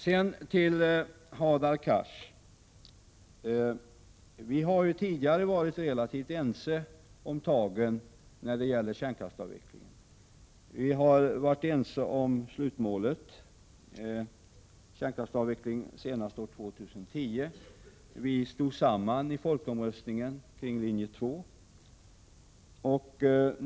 Sedan vill jag säga till Hadar Cars att folkpartiet och socialdemokraterna tidigare har varit relativt ense om tagen när det gäller kärnkraftsavvecklingen. Vi har varit ense om slutmålet — kärnkraftsavveckling senast år 2010. Vi stod enade under folkomröstningen kring linje 2.